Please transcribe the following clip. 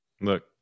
Look